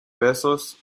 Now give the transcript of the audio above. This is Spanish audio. besos